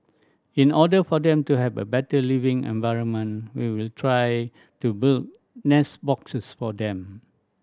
in order for them to have a better living environment we will try to build nest boxes for them